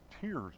tears